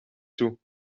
toe